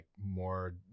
more